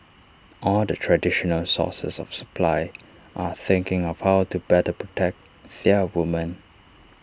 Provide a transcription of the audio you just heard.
all the traditional sources of supply are thinking of how to better protect their women